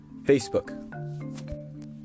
Facebook